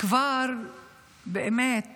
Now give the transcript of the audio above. כבר באמת